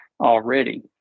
already